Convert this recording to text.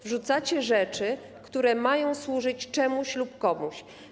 Wrzucacie rzeczy, które mają służyć czemuś lub komuś.